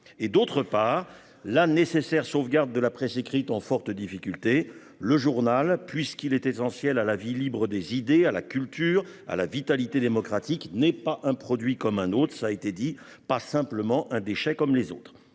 et, d'autre part, la nécessaire sauvegarde de la presse écrite, qui est en forte difficulté. Le journal, puisqu'il est essentiel à la vie libre des idées, à la culture et à la vitalité démocratique, n'est ni un produit comme un autre- cela a été dit -ni un déchet comme les autres.